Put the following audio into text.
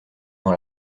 dans